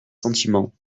sentiments